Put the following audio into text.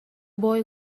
boy